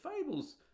fables